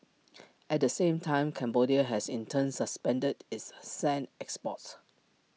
at the same time Cambodia has in turn suspended its A sand exports